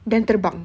then terbang